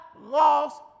lost